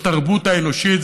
בתרבות האנושית,